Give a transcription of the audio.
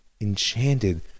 enchanted